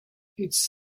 its